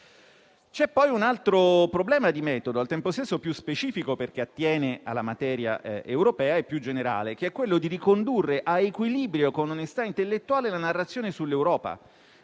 C'è, poi, un altro problema di metodo, al tempo stesso più specifico, perché attiene alla materia europea, e più generale, che è quello di ricondurre a equilibrio, con onestà intellettuale, la narrazione sull'Europa.